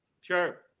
Sure